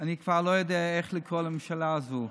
אני כבר לא יודע אין לקרוא לממשלה הזו.